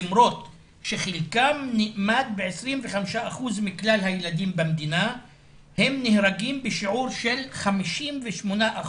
למרות שחלקם נאמד ב-25% מכלל הילדים במדינה הם נהרגים בשיעור של 58%,